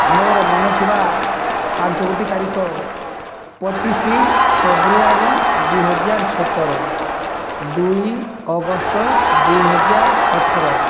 ମୋର ମନେଥିବା ପାଞ୍ଚ ଗୋଟି ତାରିଖ ପଚିଶି ଫେବୃଆରୀ ଦୁଇ ହଜାର ସତର ଦୁଇ ଅଗଷ୍ଟ ଦୁଇ ହଜାର ଅଠର